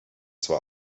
zwar